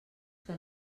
que